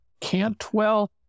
Cantwell